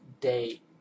day